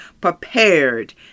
prepared